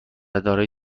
دارای